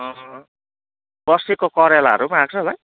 बस्तीको करेलाहरू पनि आएको छ भाइ